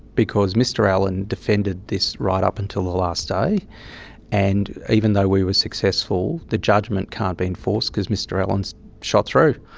because mr allan defended this right up until the last day and even though we were successful, the judgement can't be enforced because mr allan's shot through.